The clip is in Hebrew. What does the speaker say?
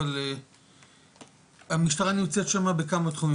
אבל המשטרה נמצאת שמה בכמה תחומים,